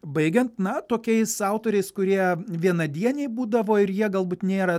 baigiant na tokiais autoriais kurie vienadieniai būdavo ir jie galbūt nėra